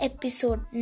Episode